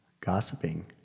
gossiping